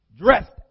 dressed